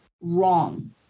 wrong